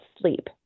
sleep